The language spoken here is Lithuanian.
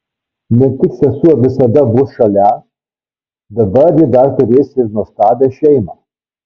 ne tik sesuo visada bus šalia dabar ji dar turės ir nuostabią šeimą